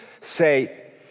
say